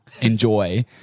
Enjoy